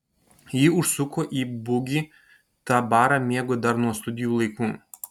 ji užsuko į bugį tą barą mėgo dar nuo studijų laikų